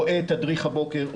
רואה את תדריך הבוקר,